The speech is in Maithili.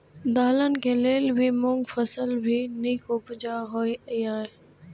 दलहन के लेल भी मूँग फसल भी नीक उपजाऊ होय ईय?